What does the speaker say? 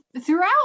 Throughout